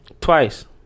Twice